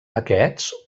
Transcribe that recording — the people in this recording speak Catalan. aquests